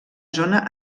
zona